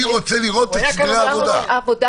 וזה גם מתכתב עם הדיון הקודם שהיה לנו לגבי סעיף 2,